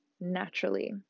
naturally